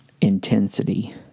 intensity